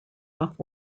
off